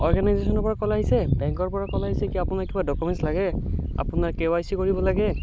অৰ্গেনাইজেচনৰ পৰা কল আহিছে বেংকৰপৰা কল আহিছে আপোনাৰ কিবা ডকুমেণ্টছ লাগে আপোনাৰ কে ৱাই চি কৰিব লাগে